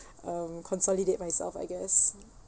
um consolidate myself I guess